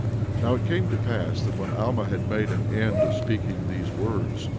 now it came to pass that when alma had made an end of speaking these words,